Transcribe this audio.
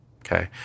okay